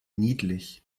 niedlich